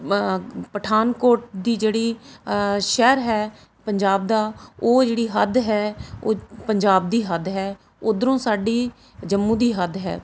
ਪਠਾਨਕੋਟ ਦੀ ਜਿਹੜੀ ਸ਼ਹਿਰ ਹੈ ਪੰਜਾਬ ਦਾ ਉਹ ਜਿਹੜੀ ਹੱਦ ਹੈ ਉਹ ਪੰਜਾਬ ਦੀ ਹੱਦ ਹੈ ਉੱਧਰੋਂ ਸਾਡੀ ਜੰਮੂ ਦੀ ਹੱਦ ਹੈ